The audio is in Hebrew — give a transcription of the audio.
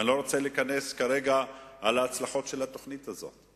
אני לא רוצה להיכנס כרגע להצלחות של התוכנית הזאת.